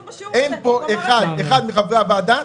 בשיעור --- אין פה אחד מחברי הוועדה,